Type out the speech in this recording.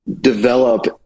develop